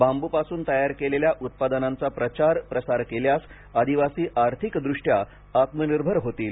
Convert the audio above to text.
बांब्रपासून तयार केलेल्या उत्पादनांचा प्रचार प्रसार केल्यास आदिवासी आर्थिकदृष्ट्या आत्मनिर्भर होतील